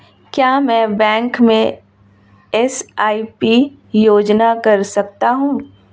क्या मैं बैंक में एस.आई.पी योजना कर सकता हूँ?